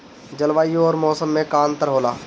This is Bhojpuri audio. जलवायु और मौसम में का अंतर होला?